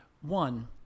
one